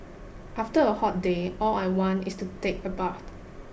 after a hot day all I want is to take a bath